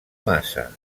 massa